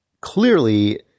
clearly –